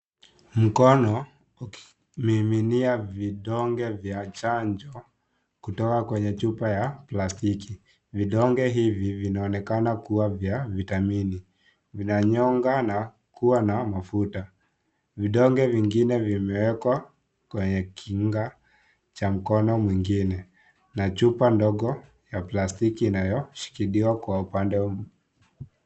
Mkono ukimiminia vidonge vya chanjo kutoka kwenye chupa ya plastiki. Vidonge hivi vinaonekana kuwa vya vitamini. Vinanyonga na kuwa na mafuta. Vidonge vingine vimewekwa kwenye kinga cha mkono mwingine. Na chupa ndogo ya plastiki inayoshikiliwa kwa upande.